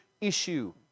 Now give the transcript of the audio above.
issue